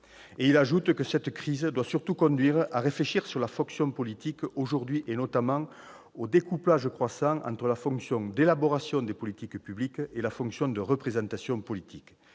». Il ajoute que cette crise « doit surtout conduire à réfléchir sur la fonction politique aujourd'hui et notamment au découplage croissant entre la fonction d'élaboration des politiques publiques () et la fonction de représentation politique